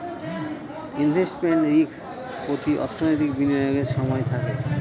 investment risk প্রতি অর্থনৈতিক বিনিয়োগের সময় থাকে